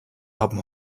haben